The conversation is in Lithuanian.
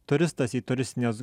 turistas į turistines